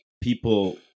people